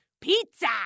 Pizza